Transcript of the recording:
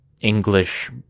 English